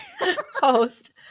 host